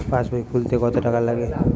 পাশবই খুলতে কতো টাকা লাগে?